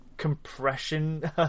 Compression